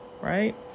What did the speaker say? right